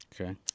Okay